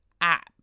app